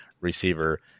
receiver